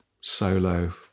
solo